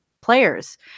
players